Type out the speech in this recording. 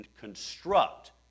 construct